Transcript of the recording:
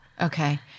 Okay